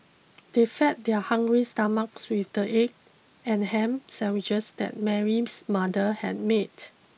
they fed their hungry stomachs with the egg and ham sandwiches that Mary's mother had made